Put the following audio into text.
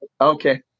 okay